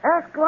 Ask